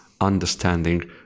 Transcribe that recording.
understanding